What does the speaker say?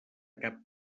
cap